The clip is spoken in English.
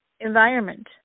environment